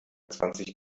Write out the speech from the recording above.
zwanzig